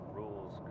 rules